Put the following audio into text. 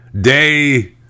Day